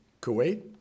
Kuwait